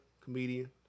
Comedian